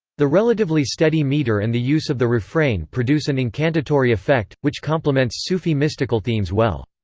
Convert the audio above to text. the relatively steady meter and the use of the refrain produce an incantatory effect, which complements sufi mystical themes well.